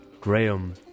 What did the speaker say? Graham